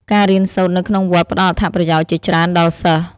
ការរៀនសូត្រនៅក្នុងវត្តផ្ដល់អត្ថប្រយោជន៍ជាច្រើនដល់សិស្ស។